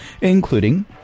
including